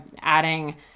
adding